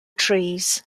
trees